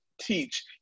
teach